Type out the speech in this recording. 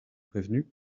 prévenue